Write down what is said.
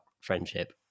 friendship